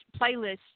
playlists